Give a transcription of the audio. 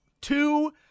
two